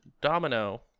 Domino